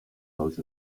most